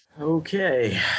Okay